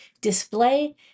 display